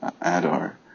Adar